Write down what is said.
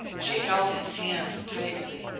she held his hands tightly.